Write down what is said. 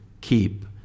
keep